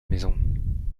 maison